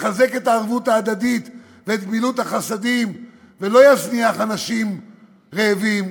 יחזק את הערבות ההדדית ואת גמילות החסדים ולא יזניח אנשים רעבים.